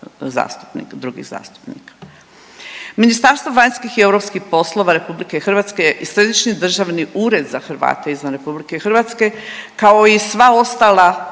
drugih zastupnika. Ministarstvo vanjskih i europskih poslova RH i Središnji državni ured za Hrvate izvan RH kao i sva ostala